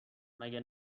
مگه